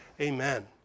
Amen